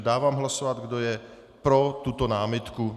Dávám hlasovat, kdo je pro tuto námitku.